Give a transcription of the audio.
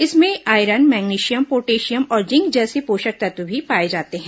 इसमें iron magnesium potassium और zinc जैसे पोषक तत्व भी पाए जाते हैं